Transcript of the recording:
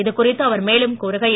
இது குறித்து அவர் மேலும் கூறுகையில்